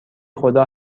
خدا